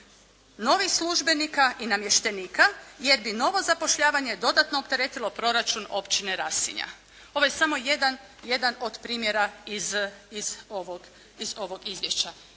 novih službenika i namještenika jer bi novo zapošljavanje dodatno opteretilo proračun općine Rasinja. Ovo je samo jedan od primjera iz ovog izvješća.